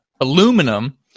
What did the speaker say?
aluminum